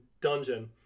dungeon